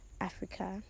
Africa